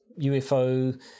UFO